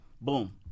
boom